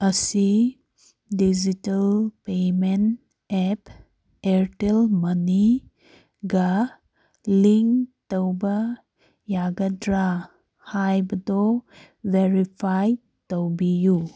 ꯑꯁꯤ digital payment app Airtel ꯃꯅꯤꯗ ꯂꯤꯡ ꯇꯧꯕ ꯌꯥꯒꯗ꯭ꯔꯥ ꯍꯥꯏꯕꯗꯣ ꯕꯦꯔꯤꯐꯥꯏ ꯇꯧꯕꯤꯎ